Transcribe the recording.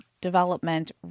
development